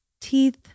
teeth